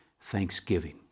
thanksgiving